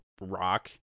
rock